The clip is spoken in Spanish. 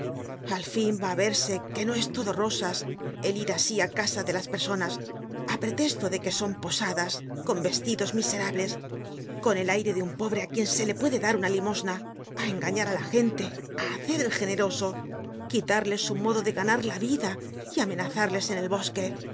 al fin va á verse que no es todo rosas el ir asi á casa de las personas á pretesto de que son posadas con vestidos miserables con el aire de un pobre á quien se le puede dar una limosna á engañar á la gente á hacer el generoso quitarles su modo de ganar la vida y amenazarles en el bosque